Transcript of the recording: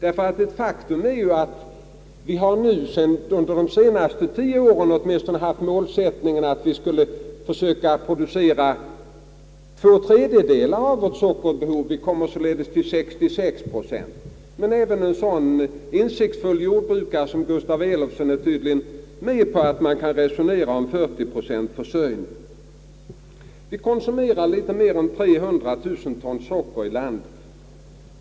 Ett faktum är ju att vi under de senaste tio åren har haft målsättningen att försöka producera två tredjedelar av vårt sockerbehov, således 66 procent. även en sådan insiktsfull jordbrukare som herr Gustaf Elofsson är tydligen med på att resonera om 40 procents självförsörjning. Vi konsumerar litet mer än 300 000 ton socker i landet.